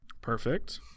perfect